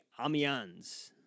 Amiens